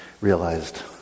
realized